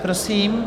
Prosím.